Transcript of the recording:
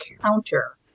counter